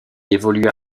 évolua